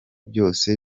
byose